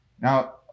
Now